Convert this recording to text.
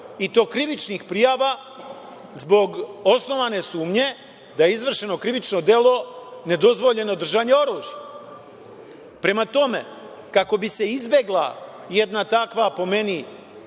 i to krivičnih prijava, zbog osnovane sumnje da je izvršeno krivično delo nedozvoljeno držanje oružja. Prema tome, kako bi se izbegla jedna takva, po meni,